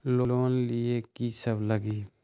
Loan लिए की सब लगी?